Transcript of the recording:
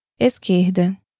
Esquerda